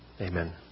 Amen